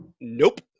Nope